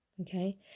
okay